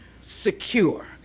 secure